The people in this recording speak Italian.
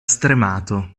stremato